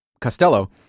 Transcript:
Costello